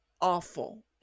awful